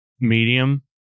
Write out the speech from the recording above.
medium